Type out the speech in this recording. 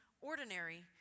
ordinary